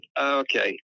Okay